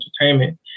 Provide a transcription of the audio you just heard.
entertainment